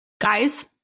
Guys